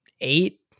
eight